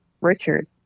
Richard